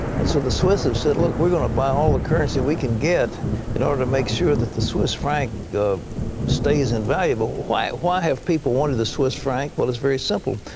and so the swiss have said, look, we're going to buy all the currency we can get in order to make sure that the swiss franc stays in value. but why why have people wanted the swiss franc? well, it's very simple.